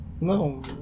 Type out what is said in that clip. no